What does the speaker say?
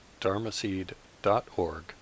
dharmaseed.org